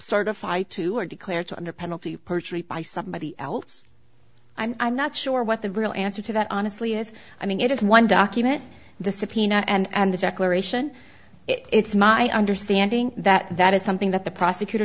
certified to or declare to under penalty of perjury by somebody else i'm not sure what the real answer to that honestly is i mean it is one document the subpoena and the declaration it's my understanding that that is something that the prosecutor